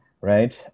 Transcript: right